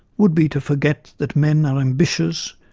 would be to forget that men are ambitious,